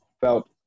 felt